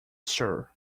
sir